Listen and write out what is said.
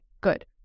Good